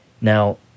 Now